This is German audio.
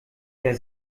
der